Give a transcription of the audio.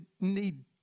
need